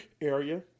area